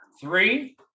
Three